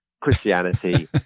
Christianity